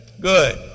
Good